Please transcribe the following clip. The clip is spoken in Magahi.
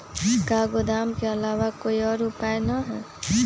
का गोदाम के आलावा कोई और उपाय न ह?